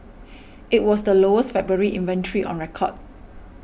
it was the lowest February inventory on record